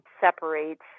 separates